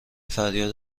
فریاد